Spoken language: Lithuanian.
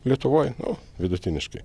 lietuvoj nu vidutiniškai